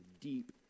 deep